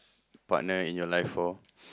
partner in your life for